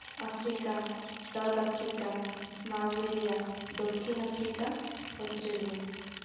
Africa south Africa ᱢᱟᱞᱵᱮᱨᱤᱭᱟ ᱫᱚᱠᱠᱷᱤᱱ Africa Australia